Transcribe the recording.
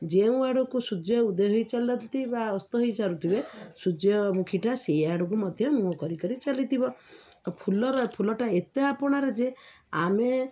ଯେଉଁ ଆଡ଼କୁ ସୂର୍ଯ୍ୟ ଉଦୟ ହେଇ ଚାଲନ୍ତି ବା ଅସ୍ତ ହେଇ ଚାଲୁଥିବେ ସୂର୍ଯ୍ୟମୁଖୀଟା ସେଇ ଆଡ଼କୁ ମଧ୍ୟ ମୁହଁ କରି କରି ଚାଲିଥିବ ଫୁଲର ଫୁଲଟା ଏତେ ଆପଣାର ଯେ ଆମେ